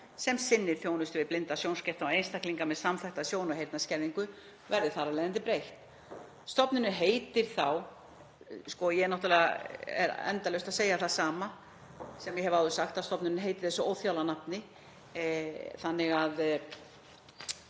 sem sinnir þjónustu við blinda, sjónskerta og einstaklinga með samþætta sjón- og heyrnarskerðingu, verði þar af leiðandi breytt. Stofnunin heitir núna — ég er náttúrlega endalaust að segja það sem ég hef áður sagt, að stofnunin heiti þessu óþjála nafni —